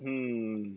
mmhmm